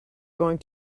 going